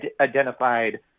identified